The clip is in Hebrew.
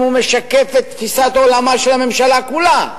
משקף את תפיסת עולמה של הממשלה כולה.